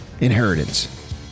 Inheritance